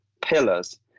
pillars